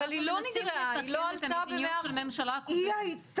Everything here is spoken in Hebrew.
אבל היא לא נגרעה, היא לא עלתה --- היא היתה.